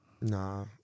Nah